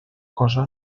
cosa